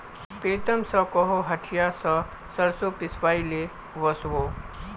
प्रीतम स कोहो हटिया स सरसों पिसवइ ले वस बो